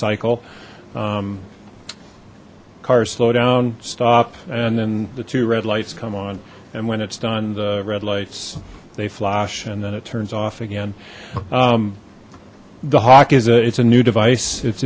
cycle cars slow down stop and then the two red lights come on and when it's done the red lights they flash and then it turns off again the hawk is a it's a new device it